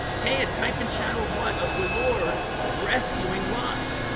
okay a type and shadow of what of the lord rescuing lot